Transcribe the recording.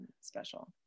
special